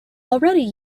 already